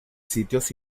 sitios